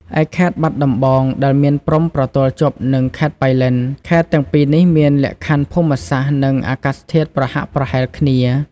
ឯខេត្តបាត់ដំបងដែលមានព្រំប្រទល់ជាប់នឹងខេត្តប៉ៃលិនខេត្តទាំងពីរនេះមាន លក្ខខណ្ឌភូមិសាស្ត្រ និងអាកាសធាតុប្រហាក់ប្រហែលគ្នា។